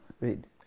Read